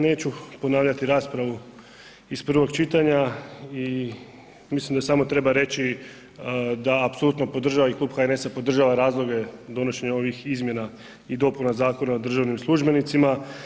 Neću ponavljati raspravu iz prvog čitanja i mislim da samo treba reći da apsolutno podržavam i klub HNS-a podržava razloge donošenje ovih izmjena i dopuna Zakona o državnim službenicima.